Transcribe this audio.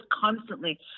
constantly